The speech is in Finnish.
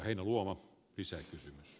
arvoisa puhemies